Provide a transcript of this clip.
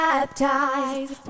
Baptized